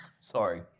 Sorry